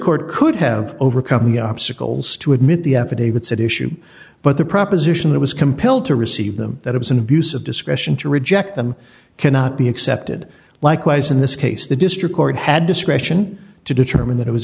court could have overcome the obstacles to admit the affidavits at issue but the proposition that was compelled to receive them that it was an abuse of discretion to reject them cannot be accepted likewise in this case the district court had discretion to determine that it was